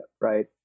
right